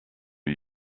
une